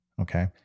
okay